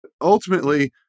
Ultimately